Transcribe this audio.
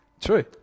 True